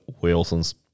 Wilson's